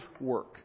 work